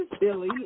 Billy